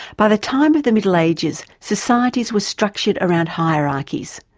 by the time of the middle ages, societies were structured around hierarchies.